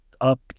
up